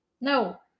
No